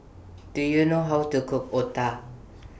Do YOU know How to Cook Otah